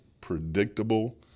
predictable